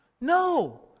No